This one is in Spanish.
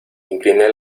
incliné